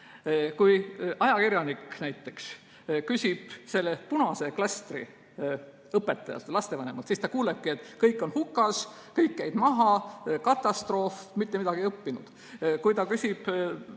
Kui ajakirjanik näiteks küsib selle punase klastri õpetajalt ja lapsevanemalt, siis ta kuulebki, et kõik on hukas, kõik jäid maha, katastroof, mitte midagi ei õpitud. Kui ta küsib